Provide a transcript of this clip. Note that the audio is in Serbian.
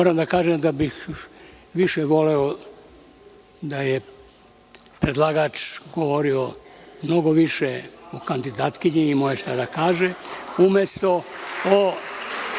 Moram da kažem da bih više voleo da je predlagač govorio mnogo više o kandidatkinji, imao je šta da kaže, umesto o